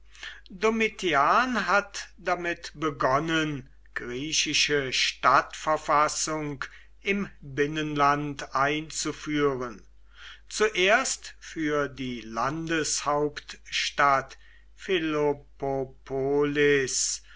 domitian hat damit begonnen griechische stadtverfassung im binnenland einzuführen zuerst für die landeshauptstadt